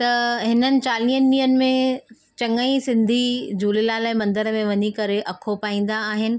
त हिननि चालीहनि ॾींहंनि में चंङा ई सिंधी झूलेलाल जे मंदर में वञी करे अखो पाईंदा आहिनि